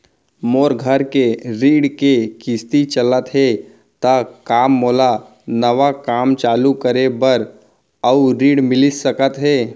मोर घर के ऋण के किसती चलत हे ता का मोला नवा काम चालू करे बर अऊ ऋण मिलिस सकत हे?